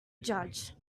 judge